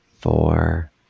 Four